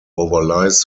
overlies